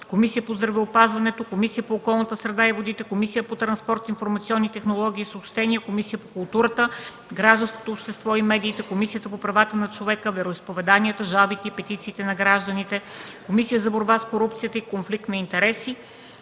Комисията по здравеопазването, Комисията по околна среда и водите, Комисията по транспорт, информационни технологии и съобщения, Комисия по културата, гражданското общество и медиите, Комисията по правата на човека, вероизповеданията, жалбите и петициите на гражданите, Комисията за борба с корупцията и конфликт на интереси